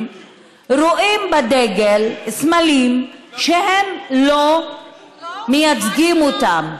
רואים בדגלים סמלים שהם לא מייצגים אותה,